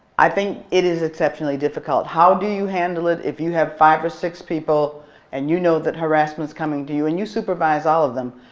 i think it is exceptionally difficult. how do you handle it? if you have five or six people and you know that harassment is coming to you and you supervise all of them,